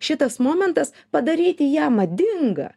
šitas momentas padaryti ją madinga